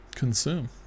consume